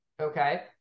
Okay